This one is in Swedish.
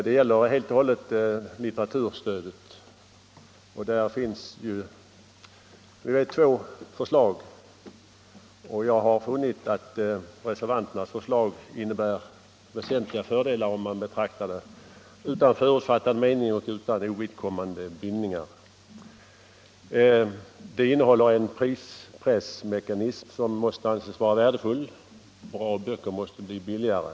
När det gäller litteraturstödet finns det två förslag, och jag har funnit att reservanternas innebär väsentliga fördelar, om man betraktar det utan förutfattade meningar och utan ovidkommande bindningar. Det innehåller en prispressmekanism som måste anses värdefull — bra böcker måste bli billigare.